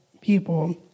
people